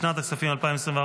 לשנת הכספים 2024,